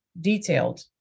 detailed